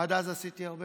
עד אז עשיתי הרבה